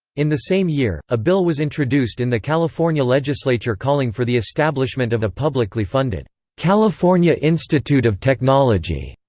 in the same year, a bill was introduced in the california legislature calling for the establishment of a publicly funded california institute of technology,